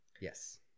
Yes